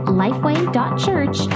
lifeway.church